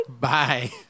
Bye